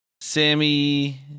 Sammy